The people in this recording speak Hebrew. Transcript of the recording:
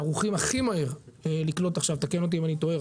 ערוכים הכי מהר לקלוט עכשיו הרספ"ן,